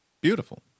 Beautiful